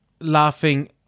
laughing